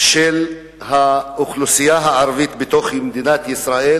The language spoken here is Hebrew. של האוכלוסייה הערבית בתוך מדינת ישראל,